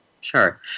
sure